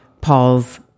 Paul's